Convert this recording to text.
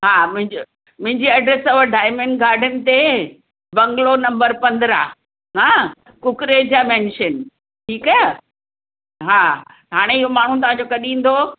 हा मुंहिं मुंहिंजी एड्रेस अथव डाइमंड गार्डन ते बंगलो नम्बर पंद्रहां हा कुकरेजा मेंशन ठीकु आहे हा हाणे इहो माण्हू तव्हांजो कॾहिं ईंदो